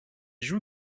joue